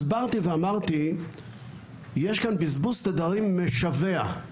הסברתי ואמרתי, יש כאן בזבוז תדרים משווע,